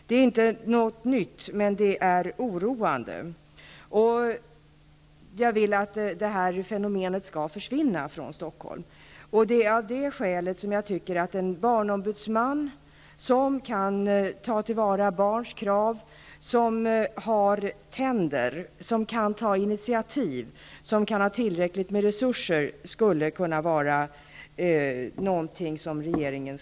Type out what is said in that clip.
Det är inte något nytt, men det är oroande, och jag vill att det här fenomenet skall försvinna från Stockholm. Det är av det skälet jag anser att inrättandet av en barnombudsman, som kan ta till vara barns krav, som så att säga har tänder, som kan ta initiativ och som kan ha tillräckligt med resurser borde föreslås av regeringen.